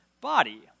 body